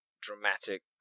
dramatic